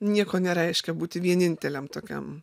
nieko nereiškia būti vieninteliam tokiam